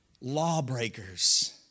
lawbreakers